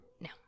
No